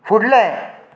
फुडलें